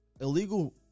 illegal